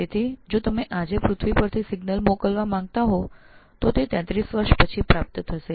આ રીતે જો આપ આજે પૃથ્વી પરથી સિગ્નલ Signal સંકેત મોકલવા માંગતા હો તો તે 33 વર્ષ પછી પ્રાપ્ત થશે